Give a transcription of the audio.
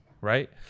right